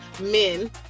men